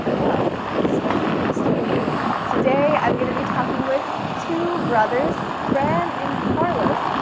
well, i have a special guest for you. today, i'm going to be talking with two brothers, fran and carlos,